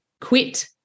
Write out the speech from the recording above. quit